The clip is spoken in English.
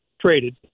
traded